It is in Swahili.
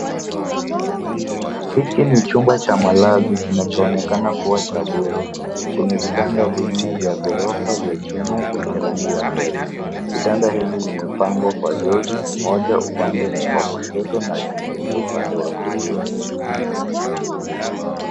Hiki ni chumba cha malazi kinachoonekana kuwa cha bweni chenye vitanda vinne vya ghorofa vya chuma vyenye rangi ya fedha. Vitanda hivi vimepangwa kwa jozi moja upande wa kushoto na jingine upande wa kulia.